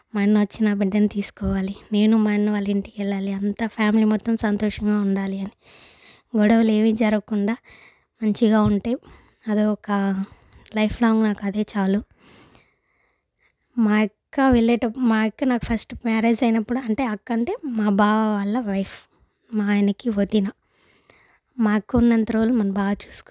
మా అన్న వచ్చి నా బిడ్డను తీసుకోవాలి నేను మా అన్న వాళ్ళ ఇంటికి వెళ్ళాలి అంతా ఫ్యామిలీ మొత్తం సంతోషంగా ఉండాలి అని గొడవలు ఏవి జరగకుండా మంచిగా ఉంటే అది ఒక లైఫ్లాంగ్ నాకు అదే చాలు మా అక్క వెళ్లేటప్పుడు మా అక్క నాకు ఫస్ట్ మ్యారేజ్ అయినప్పుడు అంటే అక్క అంటే మా బావ వాళ్ళ వైఫ్ మా ఆయనకి వదిన మా అక్క ఉన్నంత రోజులు నన్ను బాగా చూసుకుంది